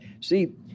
See